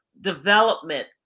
development